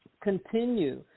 continue